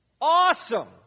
awesome